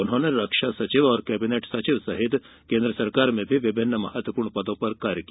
उन्होंने रक्षा सचिव और कैबिनेट सचिव सहित केन्द्र सरकार में विभिन्न महत्वपूर्ण पदों पर कार्य किया